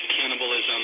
cannibalism